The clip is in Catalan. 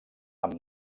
amb